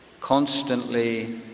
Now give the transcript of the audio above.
constantly